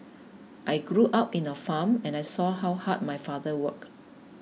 I grew up in a farm and I saw how hard my father work